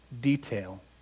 detail